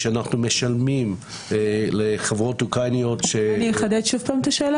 אנחנו משלמים לחברות אוקראיניות --- אני אחדד את השאלה,